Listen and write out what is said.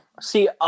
See